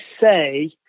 say